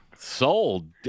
Sold